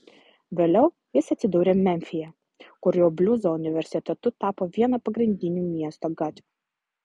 vėliau jis atsidūrė memfyje kur jo bliuzo universitetu tapo viena pagrindinių miesto gatvių